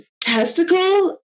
testicle